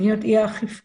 ולהיות אי האכיפה,